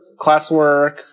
classwork